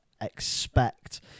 expect